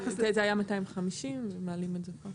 הסכום היה 250 שקלים ומעלים אותו ל-1,000 שקלים.